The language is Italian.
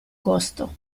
costo